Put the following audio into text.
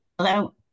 Hello